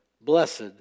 blessed